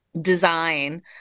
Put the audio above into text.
design